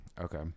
Okay